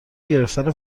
گرفتن